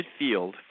midfield